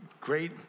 great